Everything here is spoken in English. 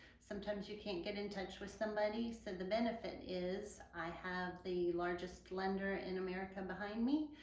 sometimes you can't get in touch with somebody, so the benefit is i have the largest lender in america behind me,